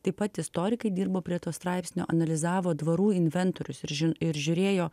taip pat istorikai dirbo prie to straipsnio analizavo dvarų inventorius ir žin ir žiūrėjo